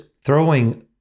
throwing